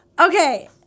Okay